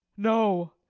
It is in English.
no,